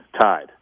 tied